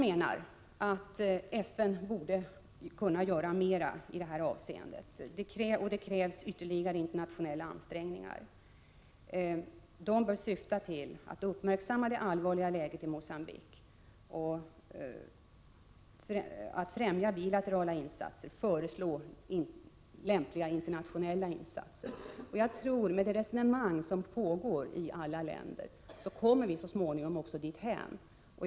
Förutom att FN borde kunna göra mera i detta avseende, krävs ytterligare internationella ansträngningar för att uppmärksamma det allvarliga läget i Mogambique, främja bilateralt bistånd och föreslå lämpliga internationella insatser. Med tanke på de resonemang som pågår inom olika länder tror jag att vi så småningom kommer att nå målet.